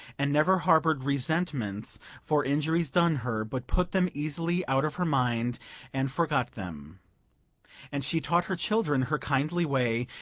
and never harbored resentments for injuries done her, but put them easily out of her mind and forgot them and she taught her children her kindly way,